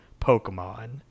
Pokemon